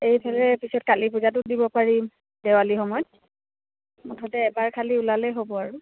এইফালে পিছত কালী পূজাটো দিব পাৰিম দেৱালী সময়ত মুঠতে এবাৰ খালী ওলালেই হ'ব আৰু